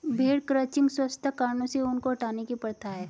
भेड़ क्रचिंग स्वच्छता कारणों से ऊन को हटाने की प्रथा है